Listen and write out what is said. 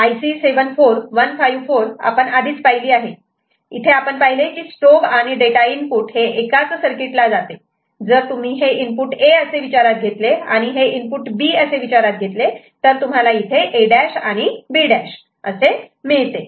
IC 74154 आपण आधीच पहिली आहे इथे आपण पाहिले की स्ट्रोब आणि डेटा इनपुट हे एकाच सर्किटला जाते जर तुम्ही हे इनपुट A असे विचारात घेतले आणि आणि हे इनपुट B असे विचारात घेतले तर तुम्हाला इथे A' आणि B' आणि असे मिळते